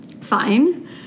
fine